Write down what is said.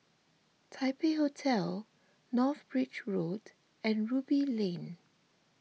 Taipei Hotel North Bridge Road and Ruby Lane